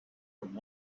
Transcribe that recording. from